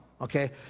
okay